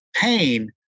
pain